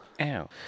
Ow